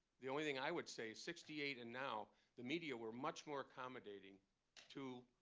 the only thing i would say is sixty eight and now the media were much more accommodating to